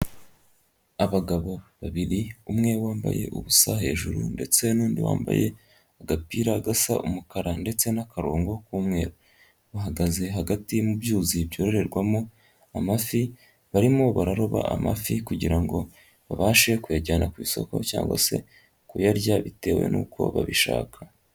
Abagabo babiri umwe wambaye ubusa hejuru ndetse n'undi wambaye agapira gasa umukara ndetse n'akarongo k'umweru, bahagaze hagati mu byuzi byororerwamo amafi, barimo bararoba amafi kugira ngo babashe kuyajyana ku isoko cyangwa se kuyarya bitewe n'uko babishaka.